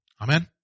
Amen